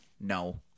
No